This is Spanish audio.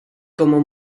como